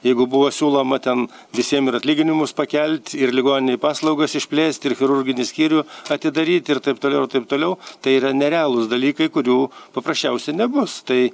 jeigu buvo siūloma ten visiem ir atlyginimus pakelt ir ligoninėj paslaugas išplėst ir chirurginį skyrių atidaryt ir taip toliau ir taip toliau tai yra nerealūs dalykai kurių paprasčiausiai nebus tai